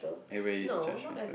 everybody judgemental